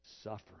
suffering